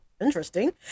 interesting